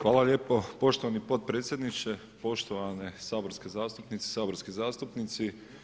Hvala lijepo poštovani potpredsjedniče, poštovane saborske zastupnice, saborski zastupnici.